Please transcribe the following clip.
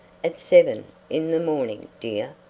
at seven in the morning, dear?